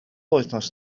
wythnos